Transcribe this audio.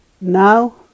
Now